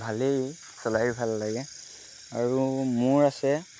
ভালেই চলায়ো ভাল লাগে আৰু মোৰ আছে